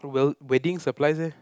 well wedding supplies eh